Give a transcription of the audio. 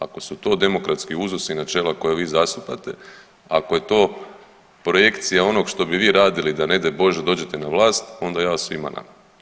Ako su to demokratski uzusi načela koja vi zastupate, ako je to projekcija onoga što bi vi radili da ne daj Bože dođete na vlast, onda jao svima nama.